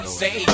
say